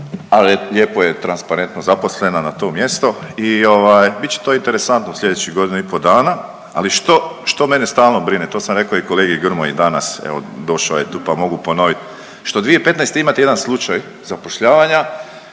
ali lijepo je transparentno zaposlena na to mjesto i ovaj bit će to interesantno u sljedećih godinu i po dana. Ali što mene stalno brine, to sam rekao i kolegi Grmoji danas evo došao je tu pa mogu ponovit, što 2015. imate jedan slučaj zapošljavanja